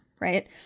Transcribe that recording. Right